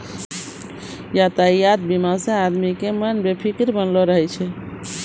यातायात बीमा से आदमी के मन निफिकीर बनलो रहै छै